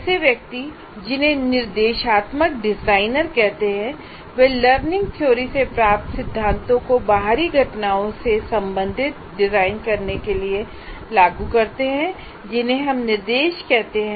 ऐसे व्यक्ति हैं जिन्हें निर्देशात्मक डिजाइनर कहते हैं वह लर्निंग थ्योरी से प्राप्त सिद्धांतों को बाहरी घटनाओं से संबंधित डिजाइन करने के लिए लागू करते हैं जिन्हें हम निर्देश कहते हैं